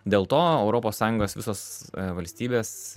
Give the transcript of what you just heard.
dėl to europos sąjungos visos valstybės